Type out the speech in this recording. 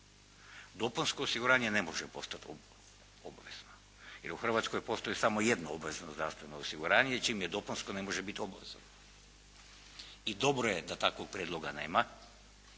Dopunsko osiguranje ne može postati obvezno jer u Hrvatskoj postoji samo jedno obvezno zdravstveno osiguranje i čim je dopunsko ne može biti obavezno. I dobro je da takvog prijedloga nema,